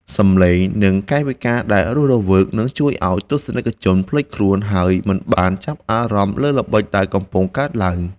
សម្លេង និង កាយវិការដែលរស់រវើកនឹងជួយឱ្យទស្សនិកជនភ្លេចខ្លួន ហើយ មិនបានចាប់អារម្មណ៍លើល្បិចដែលកំពុងកើតឡើង។